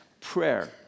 Prayer